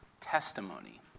testimony